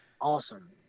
awesome